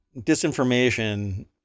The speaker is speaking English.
disinformation